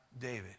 David